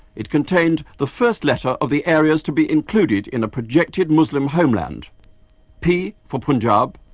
it contained the first letters of the areas to be included in a projected muslim homeland p for punjab,